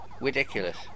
ridiculous